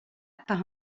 par